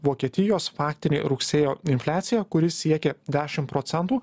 vokietijos faktinė rugsėjo infliacija kuri siekia dešim procentų